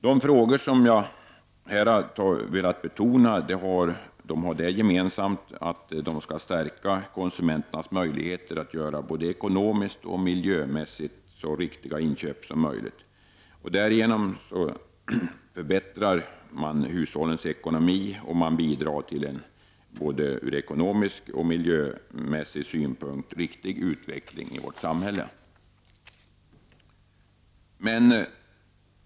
De frågor som jag här har velat betona har det gemensamt att de skall stärka konsumenternas möjligheter att göra både ekonomiskt och miljömässigt så riktiga inköp som möjligt. Därigenom förbättrar man hushållens ekonomi och bidrar till en både ur ekonomisk och miljömässig synpunkt riktig utveckling i vårt samhälle.